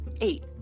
eight